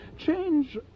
Change